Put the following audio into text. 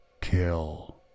Kill